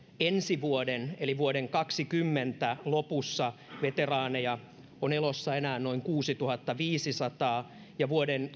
ensi vuoden eli vuoden kaksikymmentä lopussa veteraaneja on elossa enää noin kuusituhattaviisisataa ja vuoden